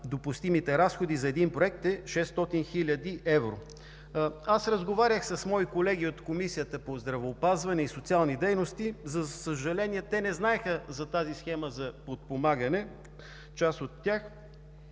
допустимите разходи за един проект е 600 хил. евро. Аз разговарях с мои колеги от Комисията по здравеопазване и по социални дейности. За съжаление, част от тях не знаеха за тази схема за подпомагане. Уважаеми